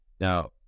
Now